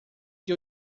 que